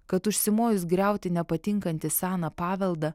kad užsimojus griauti nepatinkantį seną paveldą